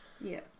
Yes